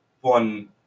one